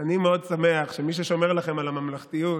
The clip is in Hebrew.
אני מאוד שמח שמי ששומר לכם על הממלכתיות